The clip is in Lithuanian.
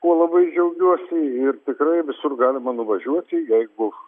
kuo labai džiaugiuosi ir tikrai visur galima nuvažiuoti jeigu